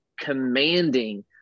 commanding